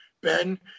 Ben